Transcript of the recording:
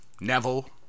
Neville